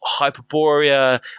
Hyperborea